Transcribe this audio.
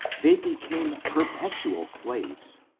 they became per petual slaves,